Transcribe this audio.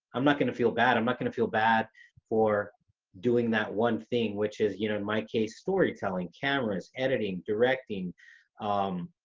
i'm not going to feel bad. i'm not going to feel bad for doing that one thing which is, you know in my case storytelling cameras editing directing um,